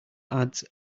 ads